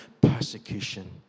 persecution